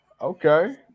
okay